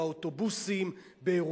אם באוטובוסים,